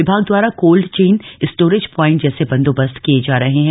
विभाग दवारा cold chain storage point जैसे बंदोबस्त किए जा रहे हैं